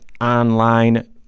online